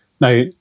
Now